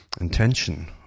intention